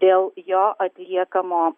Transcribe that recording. dėl jo atliekamo